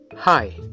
Hi